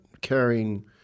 carrying